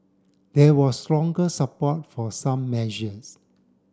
there was stronger support for some measures